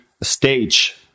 stage